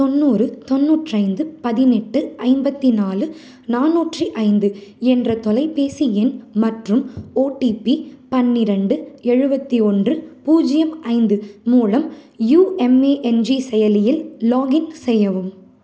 தொண்ணூறு தொண்ணூற்றைந்து பதினெட்டு ஐம்பத்தி நாலு நானூற்றி ஐந்து என்ற தொலைபேசி எண் மற்றும் ஓடிபி பன்னிரெண்டு எழுபத்தி ஒன்று பூஜ்ஜியம் ஐந்து மூலம் யுஎம்ஏஎன்ஜி செயலியில் லாகின் செய்யவும்